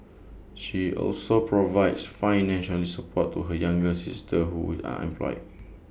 she also provides financial support to her younger sister who is unemployed